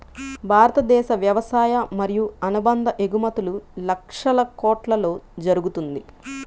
భారతదేశ వ్యవసాయ మరియు అనుబంధ ఎగుమతులు లక్షల కొట్లలో జరుగుతుంది